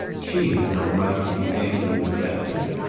she had no right to be angry with ratcliffe.